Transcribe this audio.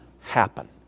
happen